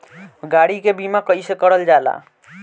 गाड़ी के बीमा कईसे करल जाला?